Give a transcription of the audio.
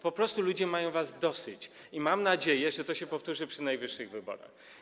Po prostu ludzie mają was dosyć i mam nadzieję, że to się powtórzy przy najbliższych wyborach.